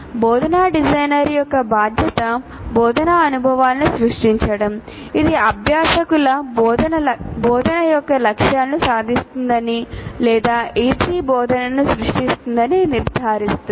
బోధనా డిజైనర్ యొక్క బాధ్యత బోధనా అనుభవాలను సృష్టించడం ఇది అభ్యాసకులు బోధన యొక్క లక్ష్యాలను సాధిస్తుందని లేదా E3 బోధనను సృష్టిస్తుందని నిర్ధారిస్తుంది